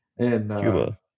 Cuba